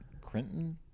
Crinton